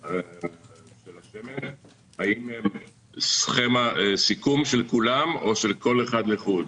של השמן האם הם סיכום של כולם או של כל אחד לחוד?